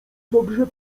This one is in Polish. dobrze